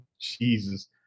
Jesus